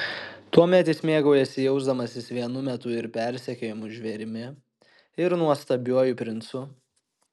tuomet jis mėgaujasi jausdamasis vienu metu ir persekiojamu žvėrimi ir nuostabiuoju princu